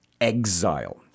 exile